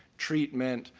treatment,